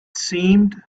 seemed